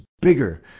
bigger